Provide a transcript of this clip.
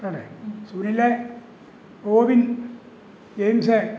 പോരെ സുനിൽ റോബിൻ ജെയിംസെ